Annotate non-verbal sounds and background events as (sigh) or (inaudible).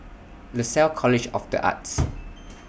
Lasalle College of The Arts (noise)